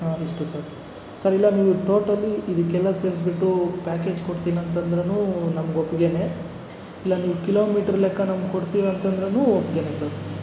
ಹಾಂ ಇಷ್ಟೇ sir sir ಇಲ್ಲ ನೀವು ಟೋಟಲಿ ಇದಕ್ಕೆಲ್ಲ ಸೇರಿಸ್ಬಿಟ್ಟು ಪ್ಯಾಕೇಜ್ ಕೊಡ್ತೀನಂತಂದ್ರೂ ನಮಗೆ ಒಪ್ಪಿಗೆನೇ ಇಲ್ಲ ನೀವು ಕಿಲೋಮೀಟ್ರ್ ಲೆಕ್ಕ ನಮಗೆ ಕೊಡ್ತೀರಂತಂದ್ರೂ ಒಪ್ಪಿಗೆನೇ ಸರ್